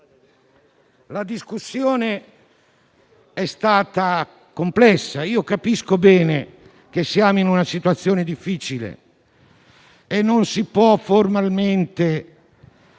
La discussione è stata complessa. Capisco bene che siamo in una situazione difficile e che non si può recriminare